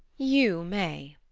you may.